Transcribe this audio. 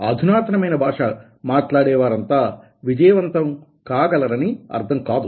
అధునాతనమైన భాష మాట్లాడే వారంతా విజయవంతం కాగలరని అర్థం కాదు